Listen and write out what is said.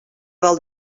del